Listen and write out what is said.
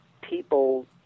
people